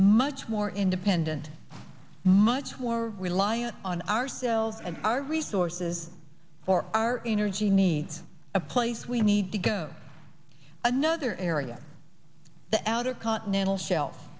much more independent much more reliant on ourselves and our resources for our energy needs a place we need to go another area the outer continental shelf